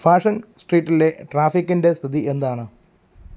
fashion സ്ട്രീറ്റിലെ ട്രാഫിക്കിൻ്റെ സ്ഥിതി എന്താണ്